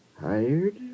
Hired